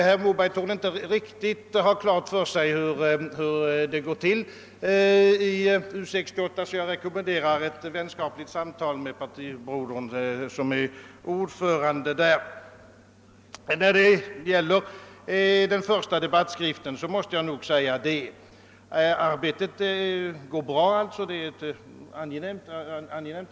Herr Moberg torde inte riktigt ha klart för sig hur det går till i U 68; jag rekommenderar honom därför att ha ett vänskapligt samtal med den parti broder som är ordförande i utredningen.